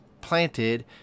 planted